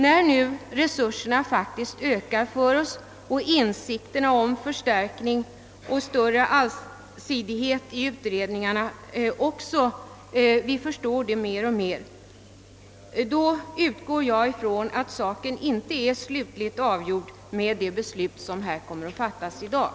När nu resurserna ökar och insikten om betydelsen av större allsidighet i utredningarna likaså ökar utgår jag från att frågan inte är slutligt avgjord med det beslut som kommer att fattas i dag.